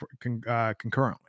concurrently